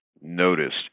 noticed